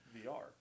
VR